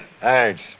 Thanks